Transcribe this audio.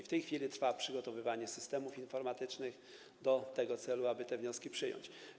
W tej chwili trwa przygotowywanie systemów informatycznych do tego celu, aby te wnioski przyjąć.